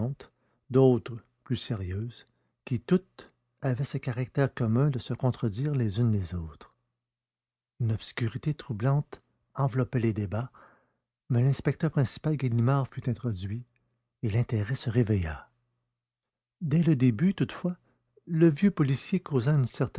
d'autres plus sérieuses qui toutes avaient ce caractère commun de se contredire les unes les autres une obscurité troublante enveloppait les débats mais l'inspecteur principal ganimard fut introduit et l'intérêt se réveilla dès le début toutefois le vieux policier causa